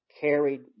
carried